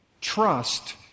Trust